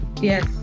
Yes